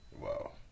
Wow